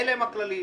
אלה הם הכללים.